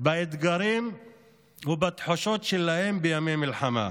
באתגרים ובתחושות שלהם בימי מלחמה,